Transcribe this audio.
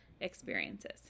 experiences